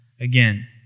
again